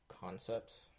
concepts